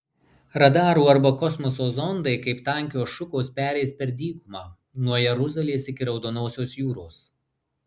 radarų arba kosmoso zondai kaip tankios šukos pereis per dykumą nuo jeruzalės iki raudonosios jūros